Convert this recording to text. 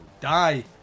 die